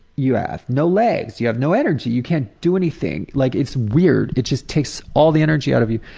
you have no legs, you have no energy, you can't do anything, like it's weird, it just takes all the energy out of you.